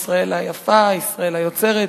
ישראל היפה, ישראל היוצרת,